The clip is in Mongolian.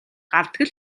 гардаг